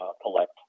collect